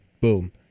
boom